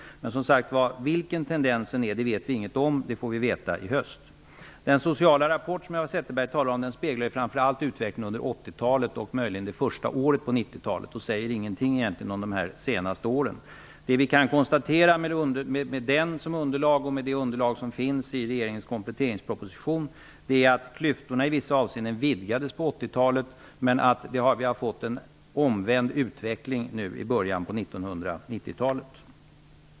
Men vilken tendensen är vet vi som sagt ännu ingenting om -- det får vi veta i höst. Den sociala rapport som Eva Zetterberg talade om speglar framför allt utvecklingen under 80-talet och möjligen det första året under 90-talet. Den säger egentligen ingenting om de här senaste åren. Det vi kan konstatera med den som underlag och med det underlag som finns i regeringens kompletteringsproposition är att klyftorna i vissa avseenden vidgades under 80-talet men att utvecklingen har varit den omvända nu under början av 90-talet.